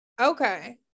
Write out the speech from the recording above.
Okay